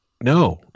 No